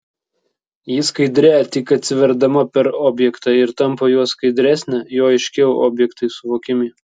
ji skaidrėja tik atsiverdama per objektą ir tampa juo skaidresnė juo aiškiau objektai suvokiami